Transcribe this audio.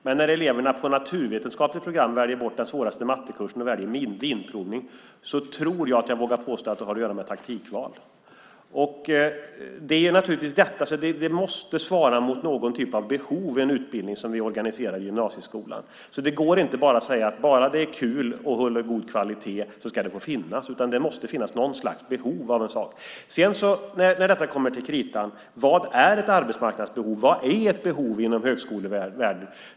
Men när eleverna på det naturvetenskapliga programmet väljer bort den svåraste mattekursen och väljer vinprovning tror jag att jag vågar påstå att det har att göra med taktikval. En utbildning som vi organiserar i gymnasieskolan måste svara mot någon typ av behov. Det går inte att säga att bara det är kul och håller god kvalitet ska det få finnas, utan det måste finnas något slags behov av en sak. När det kommer till kritan måste man fråga sig: Vad är ett arbetsmarknadsbehov? Vad är ett behov inom högskolevärlden?